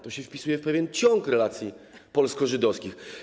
To się wpisuje w pewien ciąg relacji polsko-żydowskich.